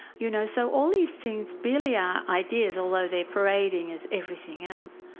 you know, so all these things really are ideas although they're parading as everything else.